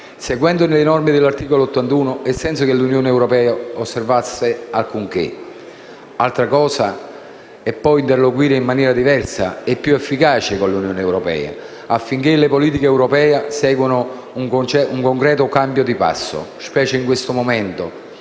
seguendo le norme dell'articolo 81 e senza che l'Unione europea osservasse alcunché. Altra cosa è poi interloquire in maniera diversa e più efficace con l'Unione europea, affinché le politiche europee segnino un concreto cambio di passo, specie in questo momento